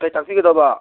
ꯀꯔꯤ ꯇꯥꯛꯄꯤꯒꯗꯕ